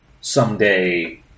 someday